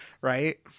Right